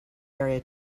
area